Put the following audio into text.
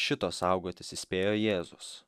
šito saugotis įspėjo jėzus